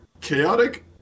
chaotic